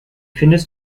findest